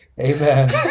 Amen